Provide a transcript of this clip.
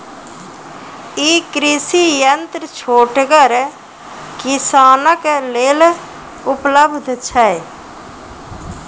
ई कृषि यंत्र छोटगर किसानक लेल उपलव्ध छै?